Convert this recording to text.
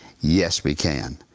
yes we can.